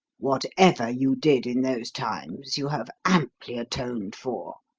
whatever you did in those times you have amply atoned for.